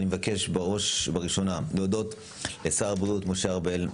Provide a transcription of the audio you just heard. אני מבקש בראש ובראשונה להודות לשר הבריאות משה ארבל,